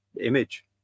image